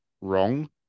wrong